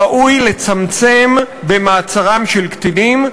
ראוי לצמצם במעצרם של קטינים,